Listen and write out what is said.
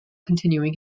continuing